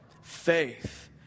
Faith